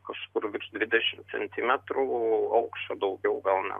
kažkur virš dvidešim centimetrų aukščio daugiau gal ne